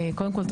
קודם כל,